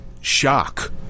shock